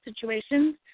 situations